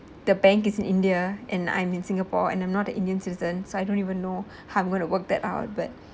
the bank is in india and I'm in singapore and I'm not an indian citizen so I don't even know how I'm going to work that out but